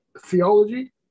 theology